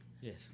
Yes